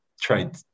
trade